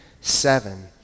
seven